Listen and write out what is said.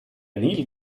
nil